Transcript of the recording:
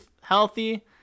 healthy